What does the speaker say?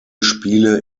spiele